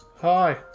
hi